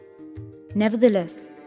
Nevertheless